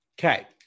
Okay